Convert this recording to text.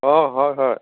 অ হয় হয়